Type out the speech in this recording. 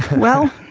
well,